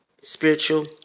Spiritual